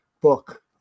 book